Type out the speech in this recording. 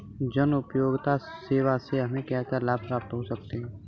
जनोपयोगी सेवा से हमें क्या क्या लाभ प्राप्त हो सकते हैं?